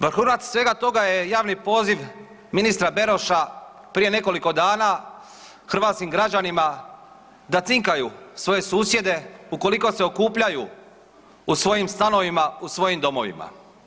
Vrhunac svega toga je javni poziv ministra Beroša prije nekoliko dana hrvatskim građanima da cinkaju svoje susjede ukoliko se okupljaju u svojim stanovima, u svojim domovima.